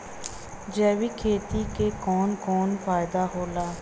जैविक खेती क कवन कवन फायदा होला?